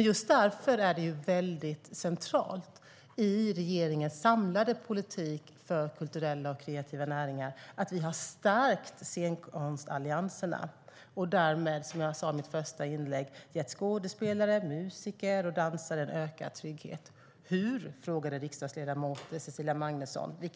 Just därför är det väldigt centralt i regeringens samlade politik för kulturella och kreativa näringar att vi har stärkt scenkonstallianserna och därmed, som jag sa i mitt första inlägg, gett skådespelare, musiker och dansare en ökad trygghet. Riksdagsledamot Cecilia Magnusson frågade: Hur?